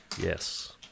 Yes